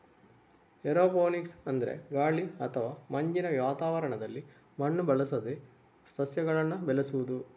aeroponics ಅಂದ್ರೆ ಗಾಳಿ ಅಥವಾ ಮಂಜಿನ ವಾತಾವರಣದಲ್ಲಿ ಮಣ್ಣು ಬಳಸದೆ ಸಸ್ಯಗಳನ್ನ ಬೆಳೆಸುದು